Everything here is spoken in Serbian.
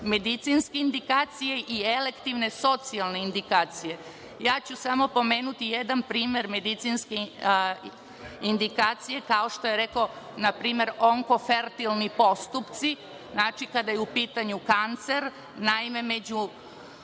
medicinske indikacije i elektivne socijalne indikacije. Ja ću samo pomenuti jedan primer medicinske indikacije kao što je, na primer, onkofertilni postupci. Znači, kada je u pitanju kancer, naime, među